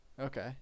Okay